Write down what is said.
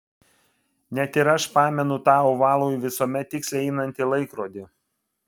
net ir aš pamenu tą ovalųjį visuomet tiksliai einantį laikrodį